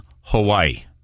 Hawaii